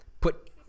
put